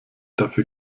dafür